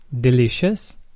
delicious